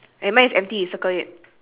right for you